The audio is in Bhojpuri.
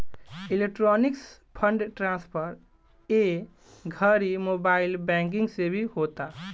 इलेक्ट्रॉनिक फंड ट्रांसफर ए घड़ी मोबाइल बैंकिंग से भी होता